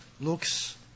looks